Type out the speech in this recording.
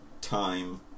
time